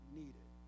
needed